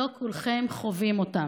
לא כולכם חווים אותם.